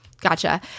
Gotcha